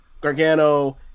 Gargano